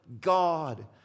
God